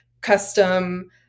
custom